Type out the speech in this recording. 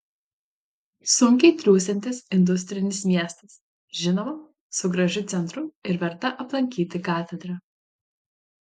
sunkiai triūsiantis industrinis miestas žinoma su gražiu centru ir verta aplankyti katedra